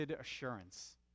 Assurance